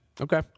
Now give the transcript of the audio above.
Okay